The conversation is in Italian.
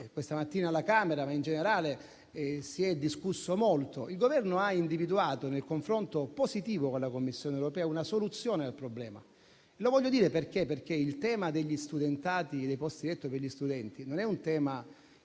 questa mattina alla Camera ed in generale si è discusso molto al riguardo. Il Governo ha individuato, nel confronto positivo con la Commissione europea, una soluzione al problema. Lo voglio dire perché il tema degli studentati e dei posti letto per gli studenti non riguarda